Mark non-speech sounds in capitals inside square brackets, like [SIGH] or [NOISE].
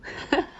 [LAUGHS]